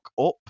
up